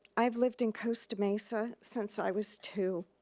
i've lived in costa mesa since i was two.